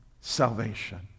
salvation